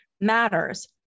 matters